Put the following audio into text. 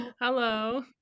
hello